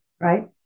right